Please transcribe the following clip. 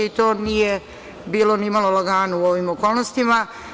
To nije bilo ni malo lagano u ovim okolnostima.